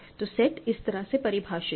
तो सेट इस तरह से परिभाषित है